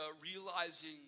realizing